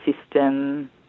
system